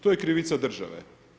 To je krivica države.